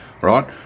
right